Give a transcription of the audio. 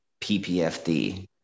ppfd